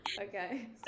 Okay